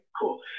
cool